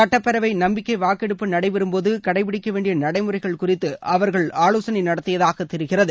சுட்டப்பேரவை நம்பிக்கை வாக்கெடுப்பு நடைபெறும் போது கடைபிடிக்க வேண்டிய நடைமுறைகள் குறித்து அவர்கள் ஆலோசனை நடத்தியதாக தெரிகிறது